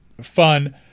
Fun